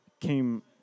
came